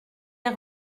est